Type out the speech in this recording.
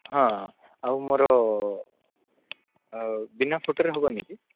ହଁ ଆଉ ମୋର ବିନା ଫଟୋରେ ହେବନି